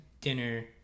dinner